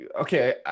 okay